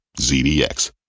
ZDX